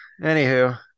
Anywho